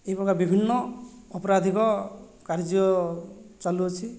ଏହିପ୍ରକାର ବିଭିନ୍ନ ଅପରାଧିକ କାର୍ଯ୍ୟ ଚାଲୁଅଛି